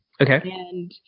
Okay